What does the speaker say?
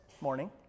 morning